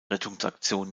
rettungsaktion